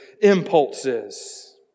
impulses